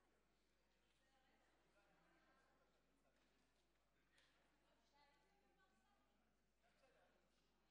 דוד ביטן, מצביע מכלוף מיקי